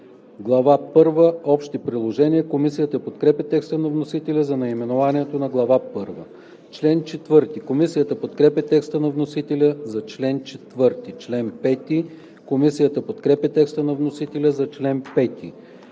първа – Общи положения“. Комисията подкрепя текста на вносителя за наименованието на Глава първа. Комисията подкрепя текста на вносителя за чл. 4. Комисията подкрепя текста на вносителя за чл. 5.